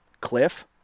cliff